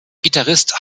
gitarrist